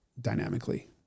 dynamically